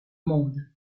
monde